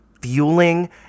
fueling